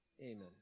amen